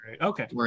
okay